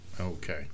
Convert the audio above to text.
Okay